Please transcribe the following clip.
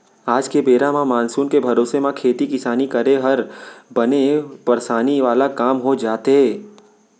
आज के बेरा म मानसून के भरोसा म खेती किसानी करे हर बने परसानी वाला काम हो जाथे